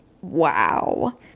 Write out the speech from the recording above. wow